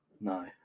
No